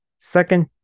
second